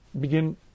begin